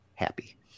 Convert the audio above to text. happy